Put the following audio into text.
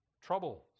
troubles